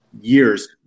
years